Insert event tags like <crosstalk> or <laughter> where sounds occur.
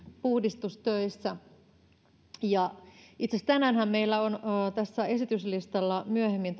puhdistustöissä itse asiassa tänäänhän meillä on tässä esityslistalla myöhemmin <unintelligible>